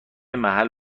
محل